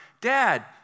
dad